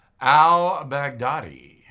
al-Baghdadi